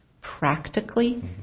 practically